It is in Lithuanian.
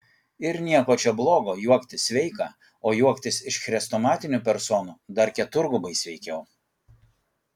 ir nieko čia blogo juoktis sveika o juoktis iš chrestomatinių personų dar keturgubai sveikiau